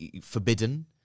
forbidden